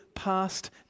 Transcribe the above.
past